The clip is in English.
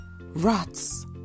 Rats